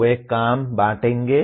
वे काम बांटेंगे